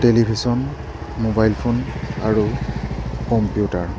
television mobile phone আৰু computer